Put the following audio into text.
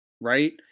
right